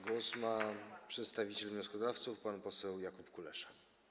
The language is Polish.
Głos ma przedstawiciel wnioskodawców pan poseł Jakub Kulesza.